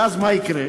ואז מה יקרה?